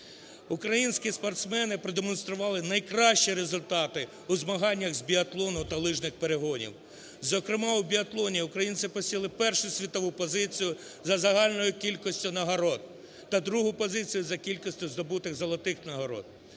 Українські спортсмени продемонстрували найкращі результати у змаганнях з біатлону та лижних перегонах. Зокрема, у біатлоні українці посіли першу світову позицію за загальною кількістю нагород та другу позицію за кількістю здобутих золотих нагород.